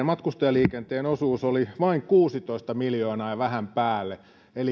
matkustajaliikenteen osuus oli vain kuusitoista miljoonaa ja vähän päälle eli